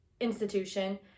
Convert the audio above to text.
institution